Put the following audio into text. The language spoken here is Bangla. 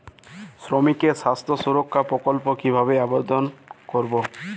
শ্রমিকের স্বাস্থ্য সুরক্ষা প্রকল্প কিভাবে আবেদন করবো?